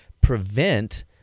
prevent –